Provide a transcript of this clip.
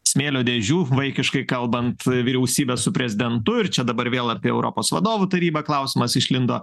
smėlio dėžių vaikiškai kalbant vyriausybė su prezidentu ir čia dabar vėl apie europos vadovų tarybą klausimas išlindo